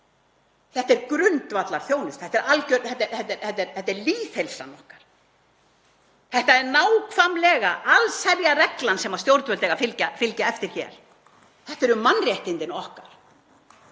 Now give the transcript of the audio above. Þetta er grundvallarþjónusta. Þetta er lýðheilsan okkar. Þetta er nákvæmlega allsherjarreglan sem stjórnvöld eiga að fylgja hér. Þetta eru mannréttindi okkar,